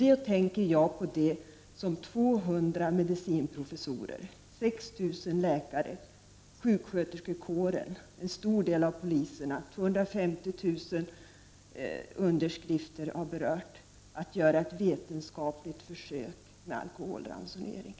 Jag tänker då på det som 200 medicinprofessorer, 6000 läkare, sjuksköterskekåren och en stor del av poliserna har stött. Det finns 250 000 underskrifter. Det handlar om att göra ett vetenskapligt försök med alkoholransonering.